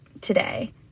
today